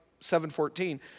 7-14